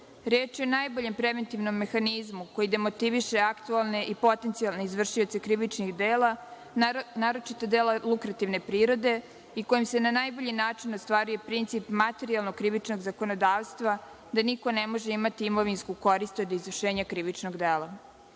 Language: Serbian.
Reč je o najboljem preventivnom mehanizmu koji demotiviše aktuelne i potencijalne izvršioce krivičnih dela, naročito dela lukrativne prirode i kojim se na najbolji način ostvaruje princip materijalnog krivičnog zakonodavstva da niko ne može imati imovinsku korist od izvršenja krivičnog dela.